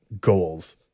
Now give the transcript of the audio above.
goals